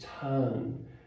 turn